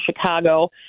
Chicago